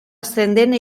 ascendent